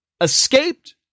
escaped